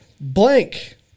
blank